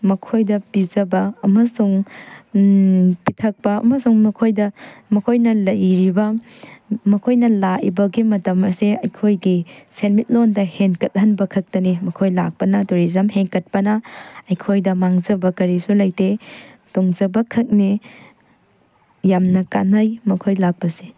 ꯃꯈꯣꯏꯗ ꯄꯤꯖꯕ ꯑꯃꯁꯨꯡ ꯄꯤꯊꯛꯄ ꯑꯃꯁꯨꯡ ꯃꯈꯣꯏꯗ ꯃꯈꯣꯏꯅ ꯂꯩꯔꯤꯕ ꯃꯈꯣꯏꯅ ꯂꯥꯛꯏꯕꯒꯤ ꯃꯇꯝ ꯑꯁꯦ ꯑꯩꯈꯣꯏꯒꯤ ꯁꯦꯟꯃꯤꯠꯂꯣꯟꯗ ꯍꯦꯟꯒꯠꯍꯟꯕ ꯈꯛꯇꯅꯤ ꯃꯈꯣꯏ ꯂꯥꯛꯄꯅ ꯇꯨꯔꯤꯖꯝ ꯍꯦꯟꯒꯠꯄꯅ ꯑꯩꯈꯣꯏꯗ ꯃꯥꯡꯖꯕ ꯀꯔꯤꯁꯨ ꯂꯩꯇꯦ ꯇꯣꯡꯖꯕ ꯈꯛꯅꯤ ꯌꯥꯝꯅ ꯀꯥꯟꯅꯩ ꯃꯈꯣꯏ ꯂꯥꯛꯄꯁꯦ